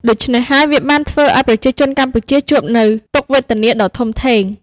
ដូច្នេះហើយវាបានធ្វើឱ្យប្រជាជនកម្ពុជាជួបនូវទុក្ខវេទនាដ៏ធំធេង។